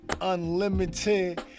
unlimited